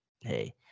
hey